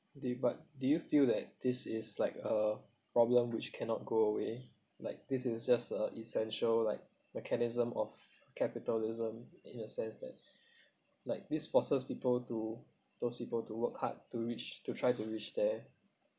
do you but do you feel that this is like a problem which cannot go away like this is just a essential like mechanism of capitalism in a sense that like this forces people to those people to work hard to reach to try to reach there